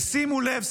ושימו לב,